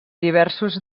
diversos